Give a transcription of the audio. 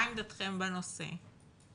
מה עמדתכם בנושא?